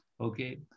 Okay